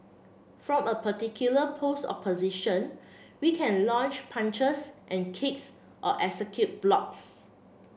from a particular pose or position we can launch punches and kicks or execute blocks